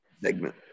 segment